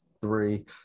three